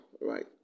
right